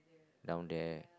around there